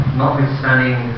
notwithstanding